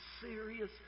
serious